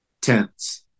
tense